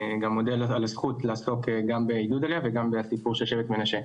גם מודה על הזכות לעסוק גם בעידוד עלייה וגם בסיפור של שבט מנשה.